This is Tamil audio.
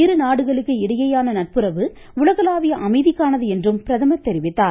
இருநாடுகளுக்கு இடையேயான நட்புறவு உலகளாவிய அமைதிக்கானது பிரதமர் தெரிவித்தார்